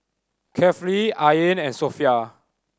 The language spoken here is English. Kefli Ain and Sofea